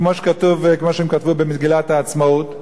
כמו שהם כתבו במגילת העצמאות,